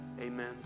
amen